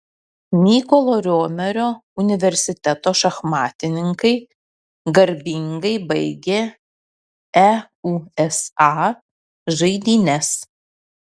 mykolo romerio universiteto šachmatininkai garbingai baigė eusa žaidynes